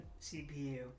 CPU